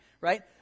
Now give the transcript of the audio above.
right